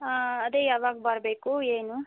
ಹಾಂ ಅದೇ ಯಾವಾಗ ಬರಬೇಕು ಏನು